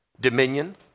Dominion